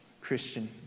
Christian